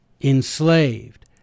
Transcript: enslaved